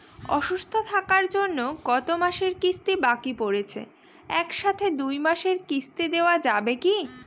অসুস্থ থাকার জন্য গত মাসের কিস্তি বাকি পরেছে এক সাথে দুই মাসের কিস্তি দেওয়া যাবে কি?